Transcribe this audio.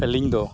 ᱟᱹᱞᱤᱧ ᱫᱚ